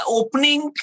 opening